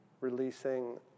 releasing